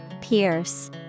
Pierce